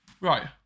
Right